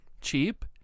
cheap